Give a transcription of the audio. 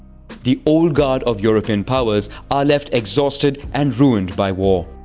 the old guard of european powers are left exhausted and ruined by war.